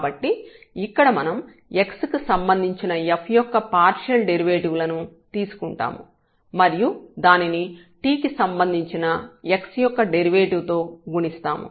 కాబట్టి ఇక్కడ మనం x కి సంబంధించిన f యొక్క పార్షియల్ డెరివేటివ్ లను తీసుకుంటాము మరియు దానిని t కి సంబంధించిన x యొక్క డెరివేటివ్ తో గుణిస్తాము